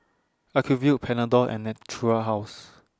Ocuvite Panadol and Natura House